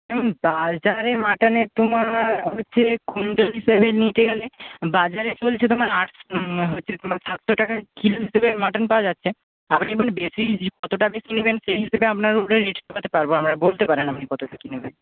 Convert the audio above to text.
দেখুন বাজারে মাটনের তোমার হচ্ছে কুইন্ট্যাল হিসেবে নিতে গেলে বাজারে চলছে তোমার আটশো হচ্ছে তোমার সাতশো টাকা কিলো হিসেবে মাটন পাওয়া যাচ্ছে আর এমনি বেশি কতোটা বেশি নেবেন সেই হিসেবে আপনার পারবো আমরা বলতে পারেন আপনি কতটা কী নেবেন